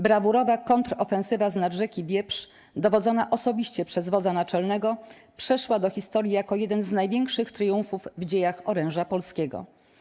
Brawurowa kontrofensywa znad rzeki Wieprz, dowodzona osobiście przez Naczelnego Wodza, przeszła do historii jako jeden z największych triumfów w dziejach oręża polskiego.